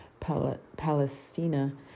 Palestina